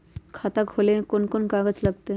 खाता खोले ले कौन कौन कागज लगतै?